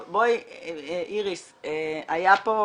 איריס, הייתה פה